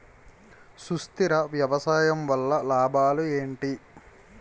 సుస్థిర వ్యవసాయం వల్ల లాభాలు ఏంటి?